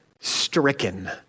stricken